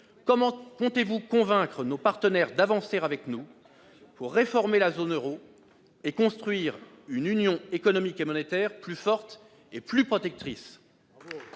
comment comptez-vous convaincre nos partenaires d'avancer avec nous pour réformer la zone euro et construire une union économique et monétaire plus forte et plus protectrice ?